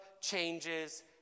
changes